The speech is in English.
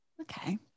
Okay